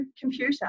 computer